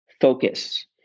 focus